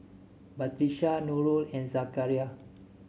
Batrisya Nurul and Zakaria